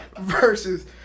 Versus